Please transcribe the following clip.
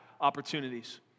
opportunities